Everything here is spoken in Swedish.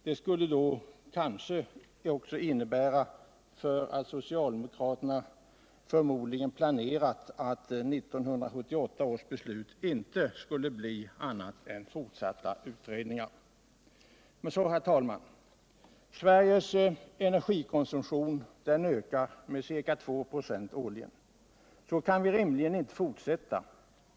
Det tyder ju på att socialdemokraterna planerat att 1978 års beslut inte skulle innebära annat än fortsatta utredningar. Herr talman! Sveriges energikonsumtion ökar med ca 2 24 årligen. Så kan vi rimligen inte fortsätta.